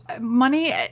money